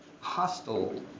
hostile